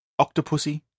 Octopussy